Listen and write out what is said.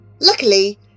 Luckily